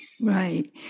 right